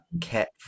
cat